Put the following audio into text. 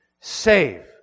Save